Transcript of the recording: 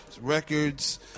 records